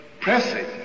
pressing